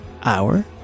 hour